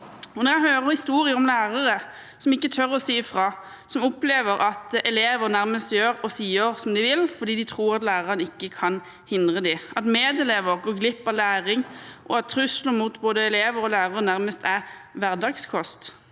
Jeg hører historier om lærere som ikke tør å si ifra, og som opplever at elever nærmest gjør og sier det de vil fordi de tror at lærerne ikke kan hindre dem, og om medelever som går glipp av læring, og at trusler mot både elever og lærere nærmest er hverdagskost.